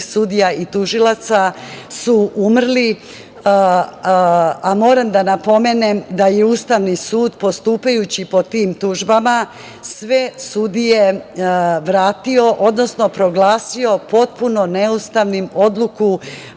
sudija i tužilaca su umrli. Moram da napomenem da je Ustavni sud postupajući po tim tužbama sve sudije vratio, odnosno proglasio potpuno neustavnom tadašnju